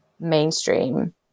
mainstream